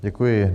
Děkuji.